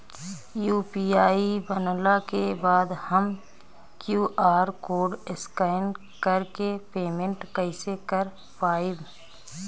UPI बनला के बाद हम क्यू.आर कोड स्कैन कर के पेमेंट कइसे कर पाएम?